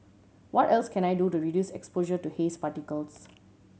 what else can I do the reduce exposure to haze particles